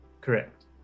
Correct